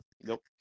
Nope